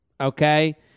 Okay